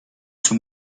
zur